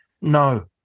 No